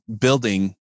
building